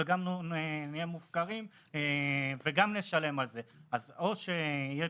גם נהיה מופקרים וגם נשלם על זה או שיהיה